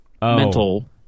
mental